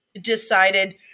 decided